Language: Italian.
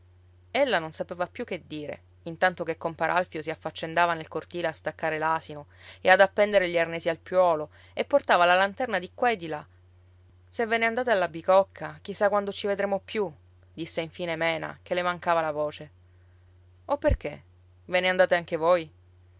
ella non sapeva più che dire intanto che compar alfio si affaccendava nel cortile a staccare l'asino e ad appendere gli arnesi al piuolo e portava la lanterna di qua e di là se ve ne andate alla bicocca chi sa quando ci vedremo più disse infine mena che le mancava la voce o perché ve ne andate anche voi